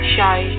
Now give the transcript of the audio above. Shy